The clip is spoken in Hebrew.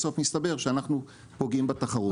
בסוף מסתבר שאנחנו פוגעים בתחרות.